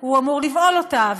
הוא אמור לבעול אותה,